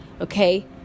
okay